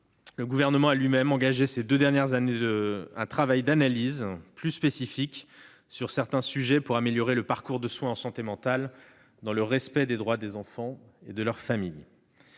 le Gouvernement a lui-même engagé ces deux dernières années un travail d'analyse plus spécifique sur certains sujets pour améliorer le parcours de soins en santé mentale dans le respect des droits des enfants et de leurs familles.